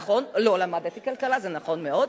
נכון, לא למדתי כלכלה, זה נכון מאוד,